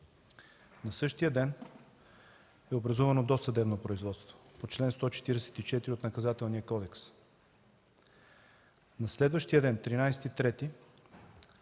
На същия ден е образовано досъдебно производство по чл. 144 от Наказателния кодекс. На следващия ден – 13 март,